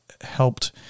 helped